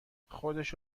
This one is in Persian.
خودش